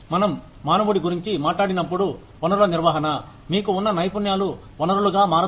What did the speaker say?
మనం మానవుడి గురించి మాట్లాడినప్పుడు వనరుల నిర్వహణ మీకు ఉన్న నైపుణ్యాలు వనరులుగా మారతాయి